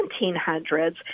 1700s